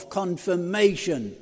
confirmation